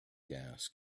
gas